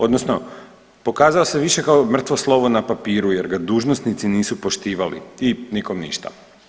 Odnosno pokazao se više kao mrtvo slovo na papiru jer ga dužnosnici nisu poštivali i nikom ništa.